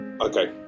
Okay